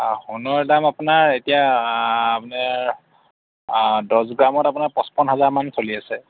অ' সোণৰ দাম আপোনাৰ এতিয়া আপুনি দহ গ্ৰামত আপোনাৰ পঁচপন্ন হাজাৰ মান চলি আছে